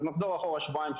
אז נחזור אחורה שבועיים,